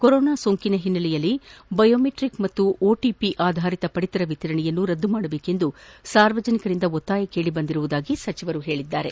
corona ಸೋಂಕಿನ ಹಿನ್ನೆಲೆಯಲ್ಲಿ biometric ಪಾಗೂ ಒಟಿಪಿ ಆಧಾರಿತ ಪಡಿತರ ವಿತರಣೆಯನ್ನು ರದ್ದುಗೊಳಿಸಬೇಕೆಂದು ಸಾರ್ವಜನಿಕರಿಂದ ಒತ್ತಾಯ ಕೇಳಿಬಂದಿರುವುದಾಗಿ ಸಚಿವರು ತಿಳಿಸಿದ್ದಾರೆ